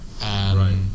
right